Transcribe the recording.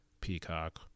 Peacock